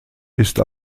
ist